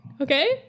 Okay